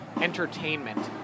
entertainment